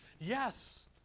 Yes